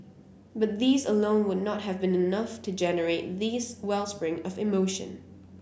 but these alone would not have been enough to generate this wellspring of emotion